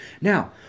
Now